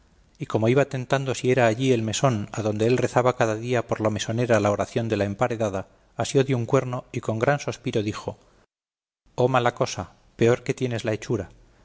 y como iba tentando si era allí el mesón adonde él rezaba cada día por la mesonera la oración de la emparedada asió de un cuerno y con un gran sospiro dijo o mala cosa peor que tienes la hechura